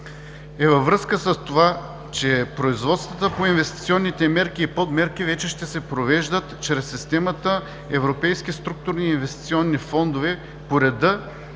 е във връзка с това, че производствата по инвестиционните мерки и подмерки вече ще се провеждат чрез системата „Европейски структурни и инвестиционни фондове“ по реда